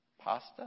pasta